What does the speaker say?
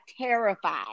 terrified